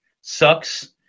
sucks